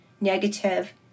negative